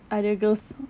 other girls